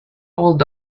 old